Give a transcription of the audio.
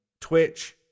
Twitch